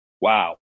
wow